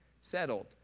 settled